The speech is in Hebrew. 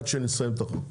עד שנסיים את החוק.